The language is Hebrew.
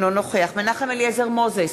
אינו נוכח מנחם אליעזר מוזס,